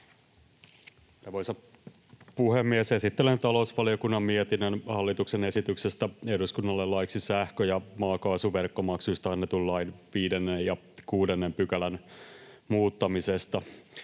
Arvoisa puhemies! Esittelen talousvaliokunnan mietinnön hallituksen esityksestä eduskunnalle laiksi sähkö‑ ja maakaasuverkkomaksuista annetun lain 5 ja 6 §:n muuttamisesta.